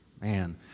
Man